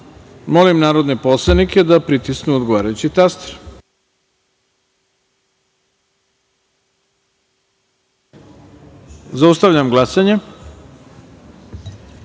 narodne poslanike da pritisnu odgovarajući taster. Zaustavljam glasanje. Ukupno